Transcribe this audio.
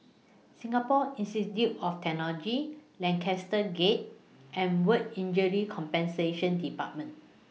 Singapore Institute of Technology Lancaster Gate and Work Injury Compensation department